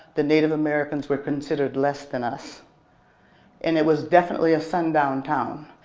the native americans were considered less than us and it was definitely a sundown town,